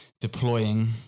deploying